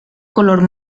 color